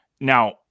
Now